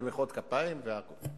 במחיאות כפיים והכול.